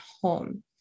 home